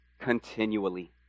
continually